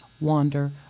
wander